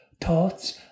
thoughts